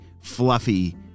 fluffy